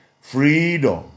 Freedom